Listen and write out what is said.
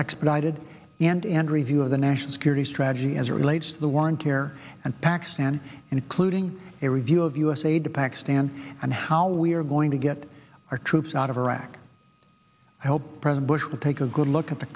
expedited and and review of the national security strategy as it relates to the war in care and pakistan including a review of u s aid to pakistan and how we are going to get our troops out of iraq i will present bush to take a good look at the